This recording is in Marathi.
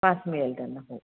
पास मिळेल त्यांना हो